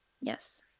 Yes